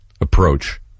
approach